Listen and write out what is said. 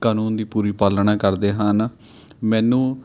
ਕਾਨੂੰਨ ਦੀ ਪੂਰੀ ਪਾਲਣਾ ਕਰਦੇ ਹਨ ਮੈਨੂੰ